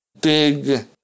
big